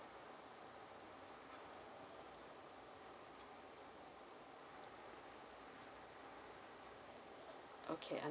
okay